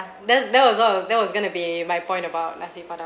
that that was all that was going to be my point about nasi padang